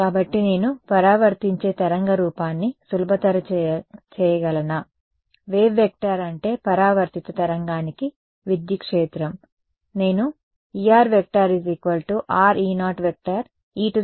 కాబట్టి నేను పరావర్తించే తరంగ రూపాన్ని సులభతర చేయగలనా వేవ్ వెక్టర్ అంటే పరావర్తిత తరంగానికి విద్యుత్ క్షేత్రం నేను ErRE0e jki